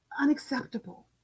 Unacceptable